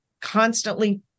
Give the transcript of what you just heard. constantly